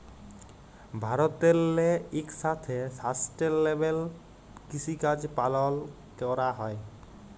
ভারতেল্লে ইকসাথে সাস্টেলেবেল কিসিকাজ পালল ক্যরা হ্যয়